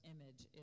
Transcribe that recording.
Image